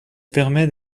permet